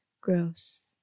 gross